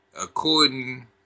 according